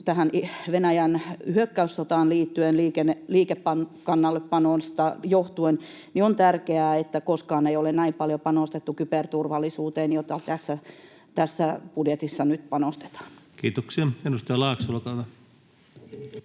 Venäjän hyökkäyssotaan liittyen ja liikekannallepanosta johtuen on tärkeää, että koskaan ei ole näin paljon panostettu kyberturvallisuuteen, johon tässä budjetissa nyt panostetaan. Kiitoksia. — Edustaja Laakso.